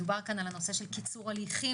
דובר כאן על הנושא של קיצור הליכים,